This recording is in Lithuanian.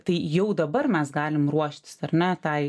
tai jau dabar mes galim ruoštis ar ne tai